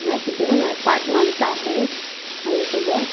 नाही तिथे पण मला पाच माणसं आहेत माझ्यासोबत